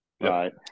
Right